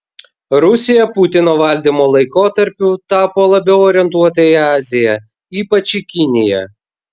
rusija putino valdymo laikotarpiu tapo labiau orientuota į aziją ypač į kiniją